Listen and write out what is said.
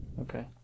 Okay